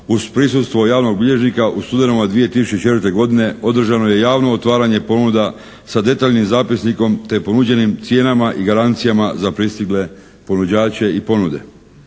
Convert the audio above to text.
uz prisustvo javnog bilježnika. U studenom 2004. godine održano je javno otvaranje ponuda sa detaljnim zapisnikom te ponuđenim cijenama i garancijama za pristigle ponuđače i ponude.